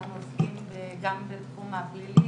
אנחנו עוסקים גם בתחום הפלילי,